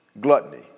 gluttony